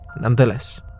nonetheless